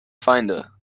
feinde